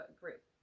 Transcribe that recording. group